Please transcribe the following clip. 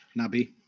Nabi